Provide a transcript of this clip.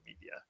media